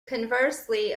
conversely